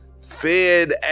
fed